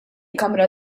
kamra